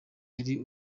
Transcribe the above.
yari